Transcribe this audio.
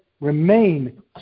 remain